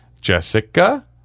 Jessica